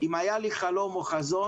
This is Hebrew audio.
אם היה לי חלום או חזון,